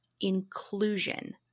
inclusion